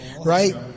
Right